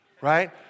Right